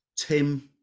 Tim